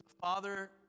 Father